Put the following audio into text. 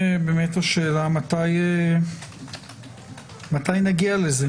השאלה היא מתי נגיע לזה